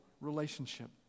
relationship